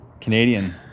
Canadian